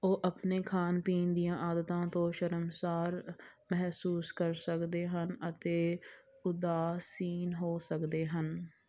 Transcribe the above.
ਉਹ ਆਪਣੇ ਖਾਣ ਪੀਣ ਦੀਆਂ ਆਦਤਾਂ ਤੋਂ ਸ਼ਰਮਸਾਰ ਮਹਿਸੂਸ ਕਰ ਸਕਦੇ ਹਨ ਅਤੇ ਉਦਾਸੀਨ ਹੋ ਸਕਦੇ ਹਨ